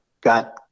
got